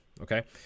okay